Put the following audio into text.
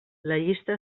llista